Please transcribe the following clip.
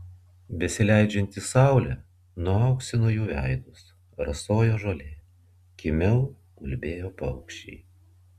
besileidžianti saulė nuauksino jų veidus rasojo žolė kimiau ulbėjo paukščiai